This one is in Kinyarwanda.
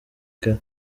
kare